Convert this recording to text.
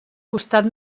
costat